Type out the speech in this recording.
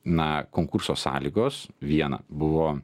na konkurso sąlygos viena buvo